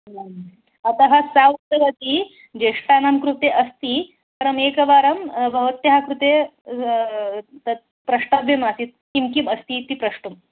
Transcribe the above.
अतः सा उक्तवती ज्येष्ठानां कृते अस्ति परम् एकवारं भवत्याः कृते तत् प्रष्टव्यमासीत् किं किम् अस्ति इति प्रष्टुम्